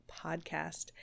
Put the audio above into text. podcast